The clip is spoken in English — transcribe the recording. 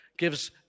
Gives